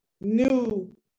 new